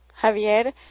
Javier